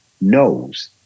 knows